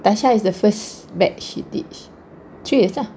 tasha is the first batch she teach three years lah